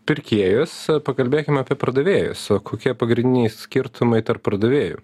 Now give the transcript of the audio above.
pirkėjus pakalbėkim apie pardavėjus kokie pagrindiniai skirtumai tarp pardavėjų